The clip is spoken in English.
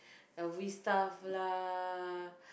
L_V stuff lah